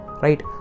Right